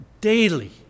daily